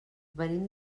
venim